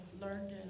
learned